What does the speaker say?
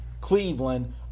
Cleveland